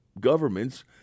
governments